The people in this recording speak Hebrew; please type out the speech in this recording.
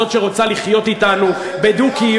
זאת שרוצה לחיות אתנו בדו-קיום.